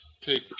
take